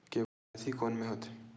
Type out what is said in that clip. KYC कोन में होथे?